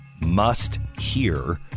must-hear